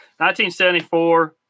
1974